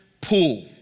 pool